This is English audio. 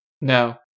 No